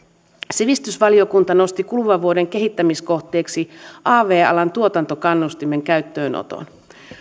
sivistysvaliokunta nosti kuluvan vuoden kehittämiskohteeksi av alan tuotantokannustimen käyttöönoton